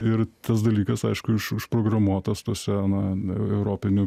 ir tas dalykas aišku užprogramuotas tuose na europinių